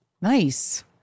Nice